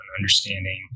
understanding